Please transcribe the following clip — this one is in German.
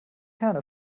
herne